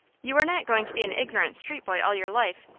you are not going to be an ignorant street boy all your life.